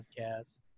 podcast